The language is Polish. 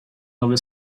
nowy